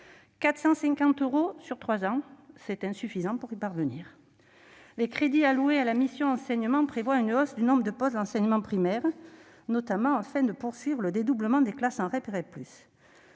450 euros sur trois ans, est insuffisante pour y parvenir. Les crédits alloués à la mission « Enseignement scolaire » prévoient une hausse du nombre de postes d'enseignants dans le primaire, notamment afin de poursuivre le dédoublement des classes dans